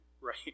right